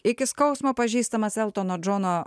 iki skausmo pažįstamas eltono džono